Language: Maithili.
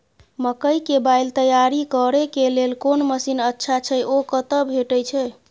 मकई के बाईल तैयारी करे के लेल कोन मसीन अच्छा छै ओ कतय भेटय छै